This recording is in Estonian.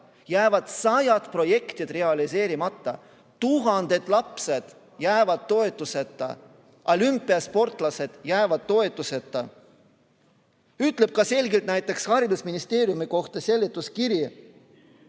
jäävad sajad projektid realiseerimata, tuhanded lapsed jäävad toetuseta, olümpiasportlased jäävad toetuseta. Seletuskiri ütleb selgelt ka näiteks haridusministeeriumi kohta, et